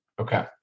Okay